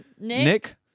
Nick